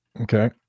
Okay